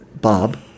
Bob